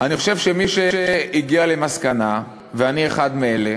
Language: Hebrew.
אני חושב שמי שהגיע למסקנה, ואני אחד מאלה,